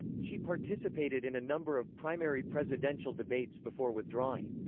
she participated in a number of primary presidential debates before withdrawing.